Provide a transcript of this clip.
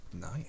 Nice